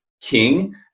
king